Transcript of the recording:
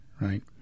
right